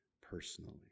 personally